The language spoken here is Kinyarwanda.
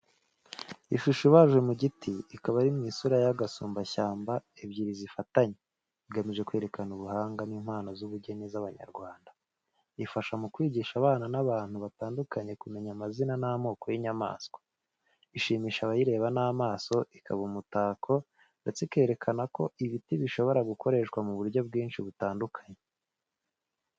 Ishusho ibajwe mu giti ikaba iri mu isura ya gasumbashyamba ebyiri zifatanye, igamije kwerekana ubuhanga n’impano z’ubugeni z’Abanyarwanda. Ifasha mu kwigisha abana n’abantu batandukanye kumenya amazina n'amoko y'inyamaswa. Ishimisha abayireba n'amaso, ikaba umutako, ndetse ikerekana ko ibiti bishobora gukoreshwa mu buryo bwinshi butandukanye.